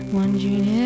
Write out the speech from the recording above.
wondering